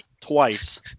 twice